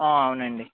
అవునండీ